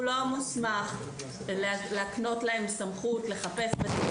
הוא לא מוסמך להקנות להם סמכות לחפש בתיקים.